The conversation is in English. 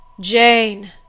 Jane